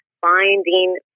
finding